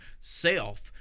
self